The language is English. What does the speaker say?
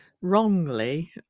wrongly